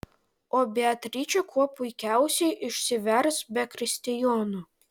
o beatričė kuo puikiausiai išsivers be kristijono